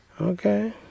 Okay